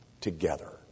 together